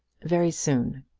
very soon.